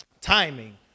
timing